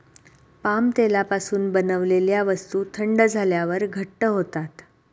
palm तेलापासून बनवलेल्या वस्तू थंड झाल्यावर घट्ट होतात